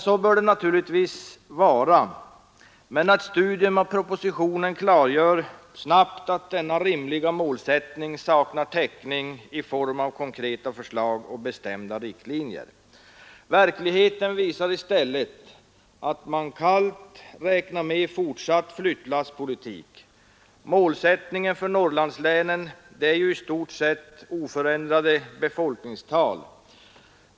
Så bör det vara, men ett studium av propositionen klargör snabbt att denna rimliga målsättning saknar täckning i form av konkreta förslag och bestämda riktlinjer. Verkligheten visar i stället att man kallt räknar med for t flyttlasspolitik. Målsättningen för Norrlandslänen är i stort sett oförändrade befolkningstal.